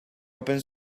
open